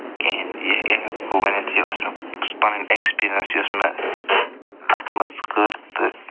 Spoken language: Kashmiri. کِہیٖنۍ یہِ یہِ ہٮ۪کہو ؤنِتھ یہِ أس مےٚ پنٕنۍ اٮ۪کٕسپیٖرینٕس یس مےٚ اتھ منٛز کٔر تہٕ